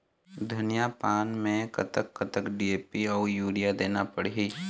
धनिया पान मे कतक कतक डी.ए.पी अऊ यूरिया देना पड़ही?